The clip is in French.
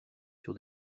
sur